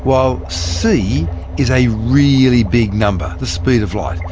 while c is a really big number, the speed of light,